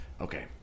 Okay